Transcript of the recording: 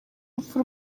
urupfu